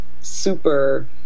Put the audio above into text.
super